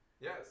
Yes